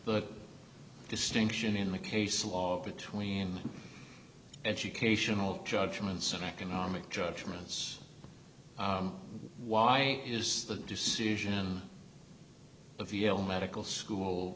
the distinction in the case law between educational judgments and economic judgments why is the decision of yale medical school